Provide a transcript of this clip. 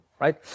right